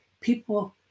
People